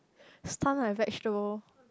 stun like vegetable